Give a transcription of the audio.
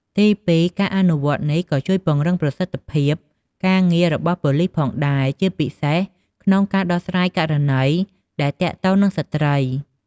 ទីពីរ ការអនុវត្តនេះក៏ជួយ ពង្រឹងប្រសិទ្ធភាពការងាររបស់ប៉ូលិសផងដែរ ជាពិសេសក្នុងការដោះស្រាយករណីដែលទាក់ទងនឹងស្ត្រី។